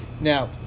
Now